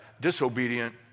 disobedient